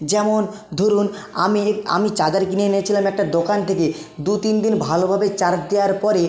যেমন ধরুন আমি আমি চার্জার কিনে এনেছিলাম একটা দোকান থেকে দু তিন দিন ভালোভাবে চার্জ দেওয়ার পরে